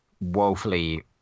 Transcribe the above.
woefully